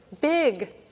big